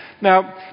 Now